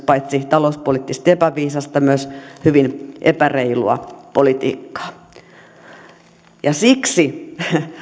paitsi talouspoliittisesti epäviisasta myös hyvin epäreilua politiikkaa siksi